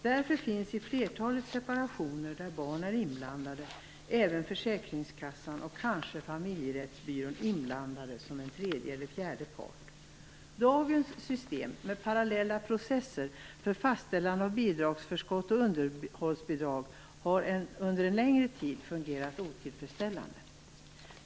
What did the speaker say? Därför finns i flertalet separationer där barn är inblandade även försäkringskassan och kanske familjerättsbyrån inblandade som tredje eller fjärde part. Dagens system med parallella processer för fastställande av bidragsförskott och underhållsbidrag har under en längre tid fungerat otillfredsställande.